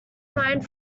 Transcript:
mind